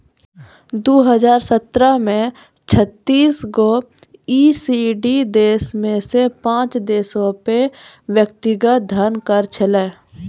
दु हजार सत्रह मे छत्तीस गो ई.सी.डी देशो मे से पांच देशो पे व्यक्तिगत धन कर छलै